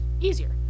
easier